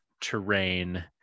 terrain